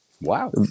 Wow